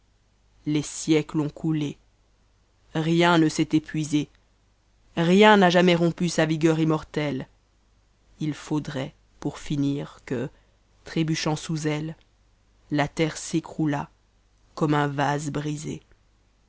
les siècles ont coulé rien ne s'est épuisé rien n'a jamais rompu sa vigueur immortelle ii faudrait pour finir que trébuchant sous elle la terre s'écroulât comme un vase brisé